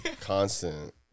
Constant